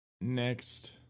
Next